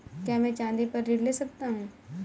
क्या मैं चाँदी पर ऋण ले सकता हूँ?